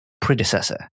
predecessor